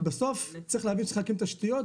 בסוף צריך להבין שצריך להקים תשתיות.